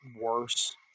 worse